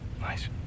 Nice